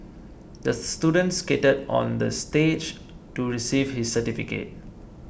the student skated on the stage to receive his certificate